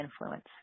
influence